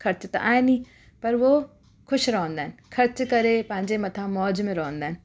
ख़र्च त आहिनि ई पर उहो ख़ुशि रहंदा आहिनि ख़र्च करे पंहिंजे मथां मौज में रहंदा आहिनि